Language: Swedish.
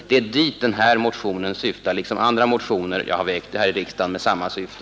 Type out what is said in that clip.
Det är dit motionen syftar, liksom andra motioner jag har väckt här i riksdagen med samma syfte.